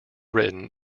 written